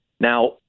Now